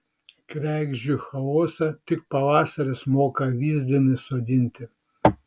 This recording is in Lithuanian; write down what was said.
kregždžių chaosą tik pavasaris moka vyzdin įsodinti